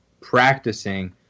practicing